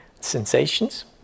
sensations